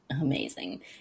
Amazing